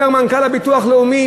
אומר מנכ"ל הביטוח הלאומי